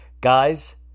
Guys